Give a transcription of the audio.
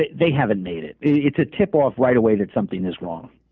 they they haven't made it. it's a tip off right away that something is wrong.